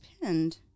pinned